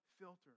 filter